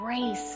grace